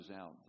out